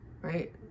right